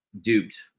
duped